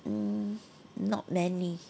mm not many